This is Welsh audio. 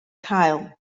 cael